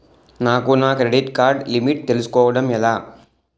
నాకు నా credit card limit తెలుసుకోవడం ఎలా?